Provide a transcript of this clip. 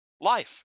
Life